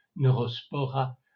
Neurospora